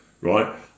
right